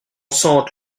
sente